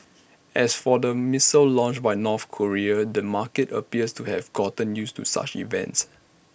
as for the missile launch by North Korea the market appears to have gotten used to such events